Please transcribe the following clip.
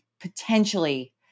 potentially